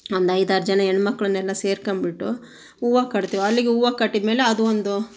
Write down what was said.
ಒಂದು ಐದಾರು ಜನ ಹೆಣ್ ಮಕ್ಕಳನ್ನೆಲ್ಲ ಸೇರ್ಕೊಂಬಿಟ್ಟು ಹೂವು ಕಟ್ತೀವ್ ಅಲ್ಲಿಗೆ ಹೂವು ಕಟ್ಟಿದಮೇಲೆ ಅದು ಒಂದು